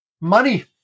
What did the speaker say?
money